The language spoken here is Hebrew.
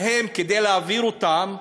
להם, כדי להעביר אותם,